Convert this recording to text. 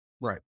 Right